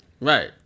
Right